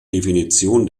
definition